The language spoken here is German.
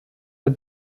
der